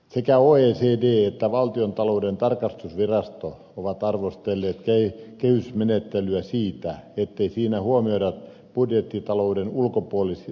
sekä oecd että valtiontalouden tarkastusvirasto ovat arvostelleet kehysmenettelyä siitä ettei siinä huomioida budjettitalouden ulkopuolisia rahastoja